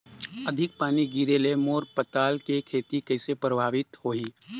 अधिक पानी गिरे ले मोर पताल के खेती कइसे प्रभावित होही?